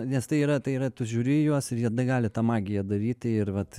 nes tai yra tai yra tu žiūri į juos ir jie gali tą magiją daryti ir vat